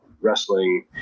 wrestling